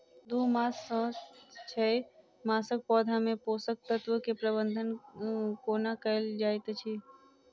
दू मास सँ छै मासक पौधा मे पोसक तत्त्व केँ प्रबंधन कोना कएल जाइत अछि?